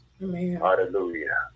Hallelujah